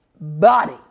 body